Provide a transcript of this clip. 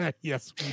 Yes